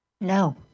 No